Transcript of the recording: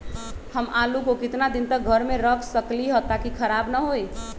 हम आलु को कितना दिन तक घर मे रख सकली ह ताकि खराब न होई?